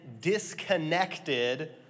disconnected